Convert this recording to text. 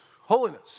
Holiness